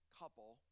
couple